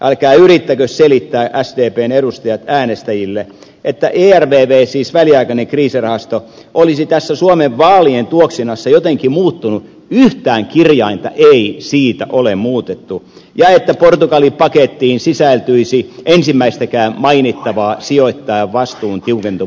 älkää yrittäkö selittää sdpn edustajat äänestäjille että ervv siis väliaikainen kriisirahasto olisi tässä suomen vaalien tuoksinassa jotenkin muuttunut yhtään kirjainta ei siitä ole muutettu ja että portugali pakettiin sisältyisi ensimmäistäkään mainittavaa sijoittajan vastuun tiukentumista